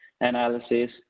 analysis